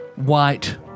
white